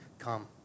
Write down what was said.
Come